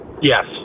yes